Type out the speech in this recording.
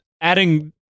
adding